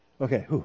Okay